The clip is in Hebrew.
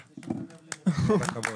כל הכבוד.